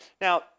Now